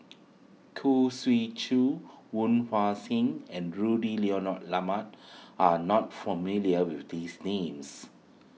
Khoo Swee Chiow Woon Wah Siang and Rudy Lyonet Lama are not familiar with these names